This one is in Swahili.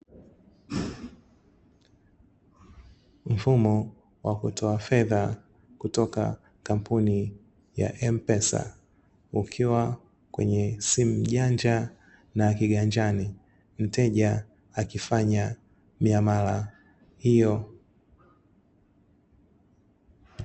Mfumo wa kutoa fedha kutoka kampuni ya M-PESA ukiwa kwenye simu janja na ya kiganjani. Mteja akifanya miamala hiyo.